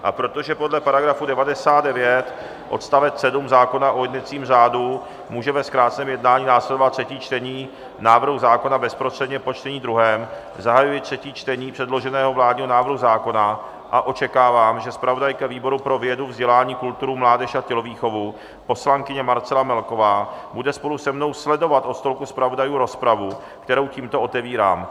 A protože podle § 99 odst. 7 zákona o jednacím řádu může ve zkráceném jednání následovat třetí čtení návrhu zákona bezprostředně po čtení druhém, zahajuji třetí čtení předloženého vládního návrhu zákona a očekávám, že zpravodajka výboru pro vědu, vzdělání, kulturu, mládež a tělovýchovu poslankyně Marcela Melková bude spolu se mnou sledovat od stolku zpravodajů rozpravu, kterou tímto otevírám.